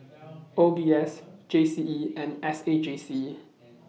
O B S G C E and S A J C